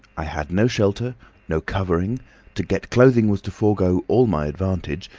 i had no shelter no covering to get clothing was to forego all my advantage,